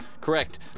Correct